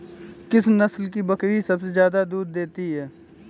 किस नस्ल की बकरी सबसे ज्यादा दूध देती है?